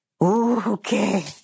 Okay